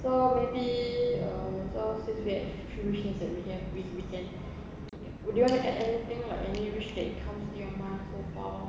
so maybe uh cause since we had three wishes that we have we we can would you like to add anything like any wish that comes to your mind so far